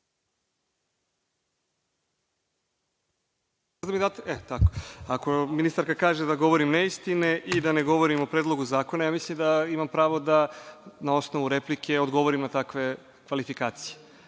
ako ministarka kaže, ako govorim neistine i da ne govorim o predlogu zakona, ja mislim da imam pravo da na osnovu replike odgovorim na takve kvalifikacije. Ali,